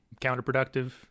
counterproductive